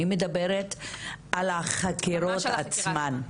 אני מדברת על החקירות עצמן,